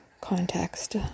context